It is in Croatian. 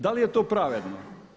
Da li je to pravedno?